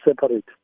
separate